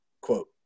quote